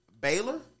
Baylor